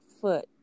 foot